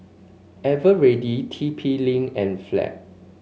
eveready T P Link and Fab